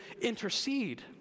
intercede